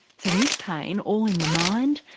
so is pain all in the mind,